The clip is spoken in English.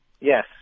Yes